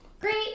great